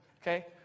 okay